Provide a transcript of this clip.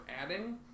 adding